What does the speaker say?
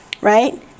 Right